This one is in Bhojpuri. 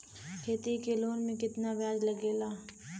खेती के लोन में कितना ब्याज लगेला?